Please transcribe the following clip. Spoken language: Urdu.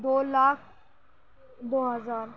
دو لاکھ دو ہزار